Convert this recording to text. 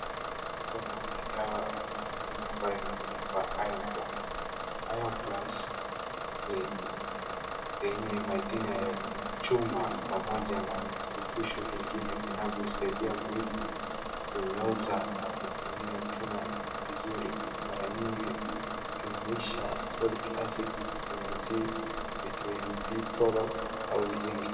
Hapo naona dawa ama vitamini ambayo imeandikwa iron plus. Iron plus ni yenye madini ya chuma pamoja na virutubisho vingine vinavyosaidia mwili kunyooza na kutumia chuma vizuri. Mara nyingi hujumuisha folate acid, vitamin C, vitamin B 12 au six .